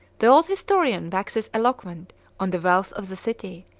the old historian waxes eloquent on the wealth of the city,